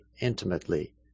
intimately